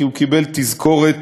כי הוא קיבל תזכורת